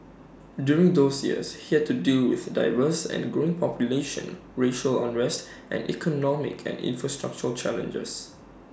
during those years he had to deal with A diverse and growing population racial unrest and economic and infrastructural challenges